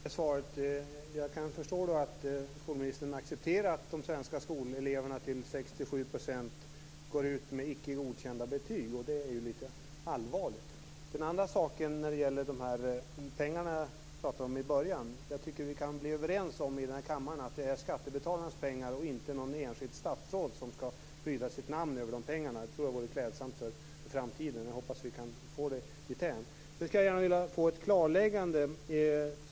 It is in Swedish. Fru talman! Tack för det svaret! Jag kan då förstå att skolministern accepterar att de svenska skoleleverna till 6-7 % går ut med icke godkända betyg, och det är allvarligt. Den andra frågan gäller pengarna. Jag tycker att vi här i kammaren kan bli överens om att det är skattebetalarnas pengar och att det inte är något enskilt statsråd som skall pryda de pengarna med sitt namn. Det vore klädsamt för framtiden. Jag hoppas att vi kan få det dithän. Jag skulle också gärna vilja få ett klarläggande.